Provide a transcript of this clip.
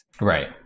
Right